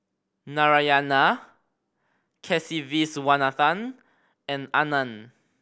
Narayana Kasiviswanathan and Anand